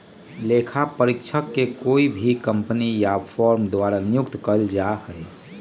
लेखा परीक्षक के कोई भी कम्पनी या फर्म के द्वारा नियुक्त कइल जा हई